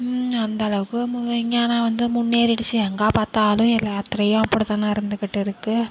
அந்தளவுக்கு மு விஞ்ஞானம் வந்து முன்னேறிடுச்சு எங்கே பார்த்தாலும் எல்லாத்திலேயும் அப்படி தான் நடந்துக்கிட்டு இருக்குது